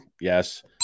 yes